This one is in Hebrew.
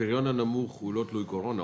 הפריון הנמוך הוא לא תלוי קורונה,